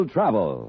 Travel